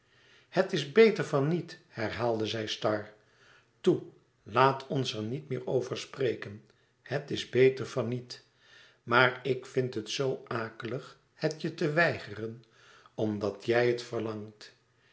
het is beter van niet herhaalde zij star toe laat ons er niet meer over spreken het is beter van niet maar ik vind het zoo akelig het je te weigeren omdat jij het verlangt